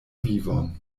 vivon